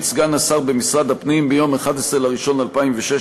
סגן השר במשרד הפנים ביום 11 בינואר 2016,